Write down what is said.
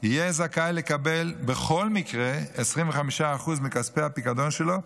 יהיה זכאי לקבל בכל מקרה 25% מכספי הפיקדון שלו,